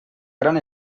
gran